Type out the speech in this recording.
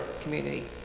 community